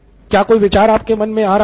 क्या कोई विचार आपके मन मे आ रहा है